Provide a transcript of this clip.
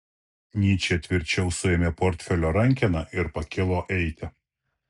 nyčė tvirčiau suėmė portfelio rankeną ir pakilo eiti